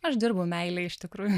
aš dirbu meilėj iš tikrųjų